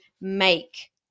make